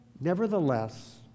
nevertheless